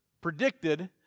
predicted